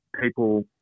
people